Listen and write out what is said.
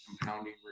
compounding